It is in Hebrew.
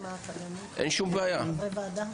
--- חברי ועדה?